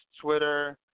Twitter